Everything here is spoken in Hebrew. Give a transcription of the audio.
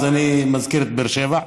אני מזכיר את באר שבע.